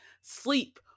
sleep